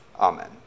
Amen